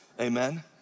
Amen